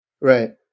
Right